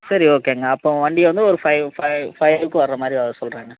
சரி ஓகேங்க அப்போ வண்டி வந்து ஒரு ஃபைவ் ஃபைவ் ஃபைவுக்கு வரமாதிரி வர சொல்கிறங்க